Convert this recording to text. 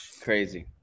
Crazy